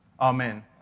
Amen